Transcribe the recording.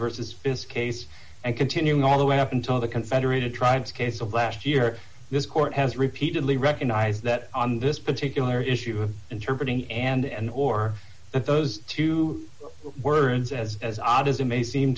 versus fisk ace and continuing all the way up until the confederated tribes case of last year this court has repeatedly recognized that on this particular issue of interpreting and or that those two words as as odd as it may seem